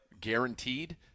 guaranteed